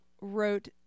wrote